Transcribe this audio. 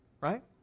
right